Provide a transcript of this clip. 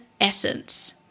essence